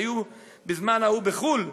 שהיו בזמן ההוא בחו"ל,